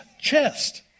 chest